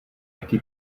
taky